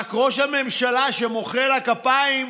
רק שראש הממשלה, שמוחא לה כפיים,